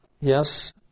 Yes